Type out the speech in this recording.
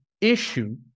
issue